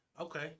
okay